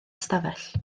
ystafell